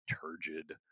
turgid